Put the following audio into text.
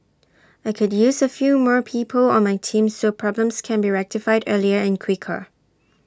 I could use A few more people on my team so problems can be rectified earlier and quicker